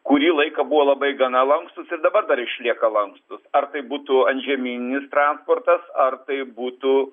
kurį laiką buvo labai gana lankstūs ir dabar dar išlieka lankstūs ar tai būtų antžeminis transportas ar tai būtų